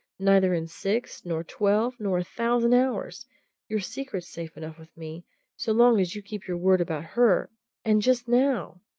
neither in six, nor twelve, nor a thousand hours your secret's safe enough with me so long as you keep your word about her and just now!